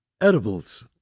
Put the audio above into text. Edibles